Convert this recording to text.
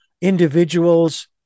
individuals